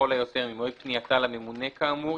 לכל היותר ממועד פנייתה לממונה כאמור,